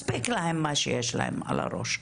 מספיק להן מה שיש להן על הראש.